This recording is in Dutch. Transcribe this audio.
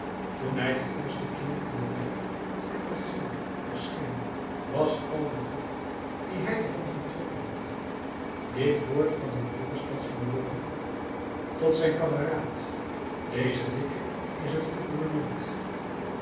toen hij den eersten keer in de wijk saint marceau verscheen was al de vrucht die hij er van getrokken had dit woord van een voorstadsbewoner tot zijn kameraad deze dikke is het